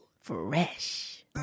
fresh